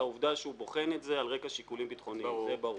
אבל לצורך הבחינה הוא כן מתייעץ עם הגורמים הרלבנטיים.